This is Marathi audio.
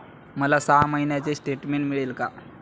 मला सहा महिन्यांचे स्टेटमेंट मिळेल का?